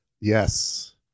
Yes